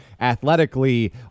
athletically